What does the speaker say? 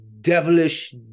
devilish